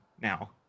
now